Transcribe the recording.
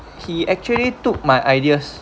he actually took my ideas